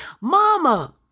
mama